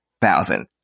thousand